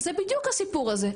זה בדיוק הסיפור הזה.